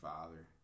Father